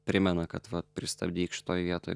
primena kad vat pristabdyk šitoj vietoj